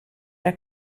era